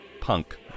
Punk